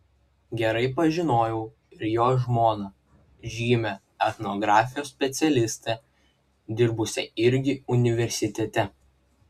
gerai pažinojau ir jo žmoną žymią etnografijos specialistę dirbusią irgi universitete